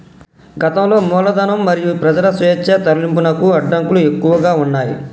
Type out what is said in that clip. గతంలో మూలధనం మరియు ప్రజల స్వేచ్ఛా తరలింపునకు అడ్డంకులు ఎక్కువగా ఉన్నయ్